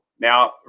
Now